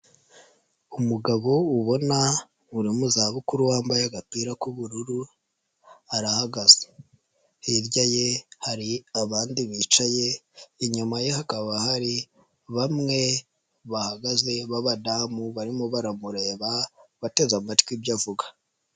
Umugabo ubona uri mu zabukuru wambaye agapira k'ubururu arahagaze, hirya ye hari abandi bicaye inyuma ye hakaba hari bamwe bahagaze b'abadamu barimo baramure, bateze amatwi ibyo avuga.